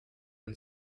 and